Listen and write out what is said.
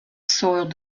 soiled